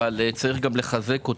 אבל יש גם לחזקה